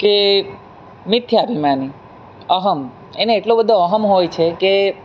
કે મિથ્યાભિમાની અહમ્ એને એટલો બધો અહમ્ હોય છે કે